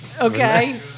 Okay